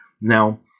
Now